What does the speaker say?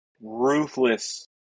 ruthless